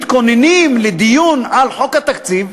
מתכוננים לדיון על חוק התקציב,